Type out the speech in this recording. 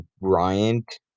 Bryant